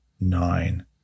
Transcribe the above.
nine